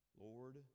Lord